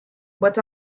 but